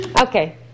Okay